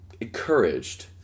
encouraged